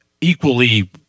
equally